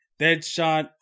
Deadshot